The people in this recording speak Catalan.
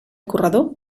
corredor